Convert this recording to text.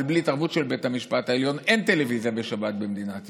אבל בלי התערבות של בית המשפט העליון אין טלוויזיה בשבת במדינת ישראל.